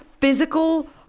physical